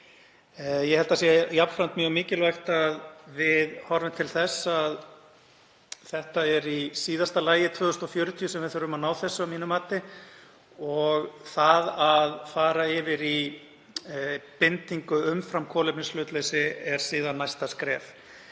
Ég held að það sé jafnframt mjög mikilvægt að við horfum til þess að það er í síðasta lagi 2040 sem við þurfum að ná þessu að mínu mati og það að fara yfir í bindingu umfram kolefnishlutleysi er síðan næsta skref.